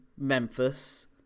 Memphis